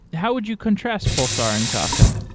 how would you contrast pulsar and kafka?